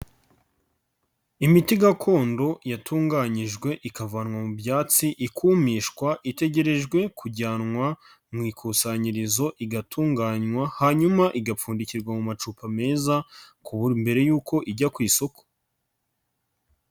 Imiti gakondo yatunganyijwe ikavanwa mu byatsi ikumishwa itegerejwe kujyanwa mu ikusanyirizo igatunganywa, hanyuma igapfundikirwa mu macupa meza ku mbere yuko ijya ku isoko.